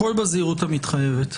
הכול בזהירות המתחייבת.